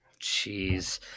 jeez